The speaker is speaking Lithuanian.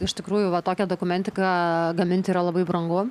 iš tikrųjų va tokią dokumentiką gaminti yra labai brangu